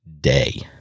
day